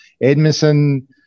Edmondson